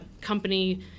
company